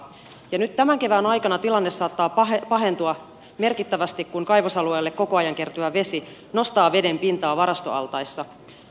ja nyt tämän kevään aikana tilanne saattaa pahentua merkittävästi kun kaivosalueelle koko ajan kertyvä vesi nostaa vedenpintaa varastoaltaissa